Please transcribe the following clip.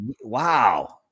wow